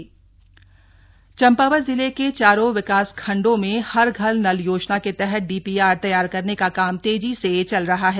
जल जीवन मिशन चम्पावत जिले के चारो विकास खंडों में हर घर नल योजना के तहत डीपीआर तैयार करने का काम तेजी से चल रहा है